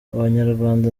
abanyarwanda